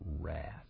wrath